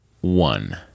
One